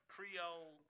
Creole